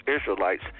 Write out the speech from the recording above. Israelites